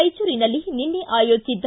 ರಾಯಚೂರನಲ್ಲಿ ನಿನ್ನೆ ಆಯೋಜಿಸಿದ್ದ